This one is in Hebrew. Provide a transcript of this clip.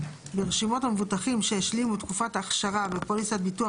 ברשימות המבוטחים שהשלימו את תקופת האכשרה בפוליסת ביטוח